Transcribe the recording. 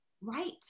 Right